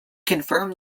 confirmed